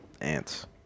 ants